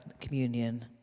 communion